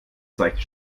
seichte